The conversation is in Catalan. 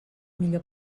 millor